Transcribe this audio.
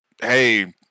hey